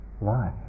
life